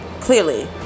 clearly